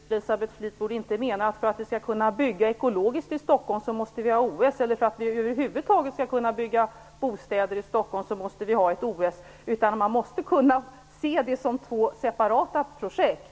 Herr talman! Jag utgår från att Elisabeth Fleetwood inte menar att vi, för att kunna bygga ekologiskt i Stockholm - eller för att över huvud taget kunna bygga bostäder i Stockholm - måste ha OS. Man måste kunna se detta som två separata projekt.